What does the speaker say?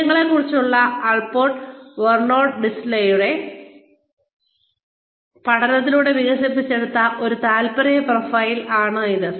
മൂല്യങ്ങളെക്കുറിച്ചുള്ള Allport Vernon ലിൻഡ്സെയുടെ പഠനത്തിലൂടെ വികസിപ്പിച്ചെടുത്ത ഒരു താൽപ്പര്യ പ്രൊഫൈലാണ് ഇത്